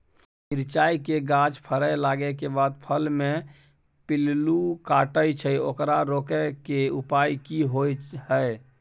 मिरचाय के गाछ फरय लागे के बाद फल में पिल्लू काटे छै ओकरा रोके के उपाय कि होय है?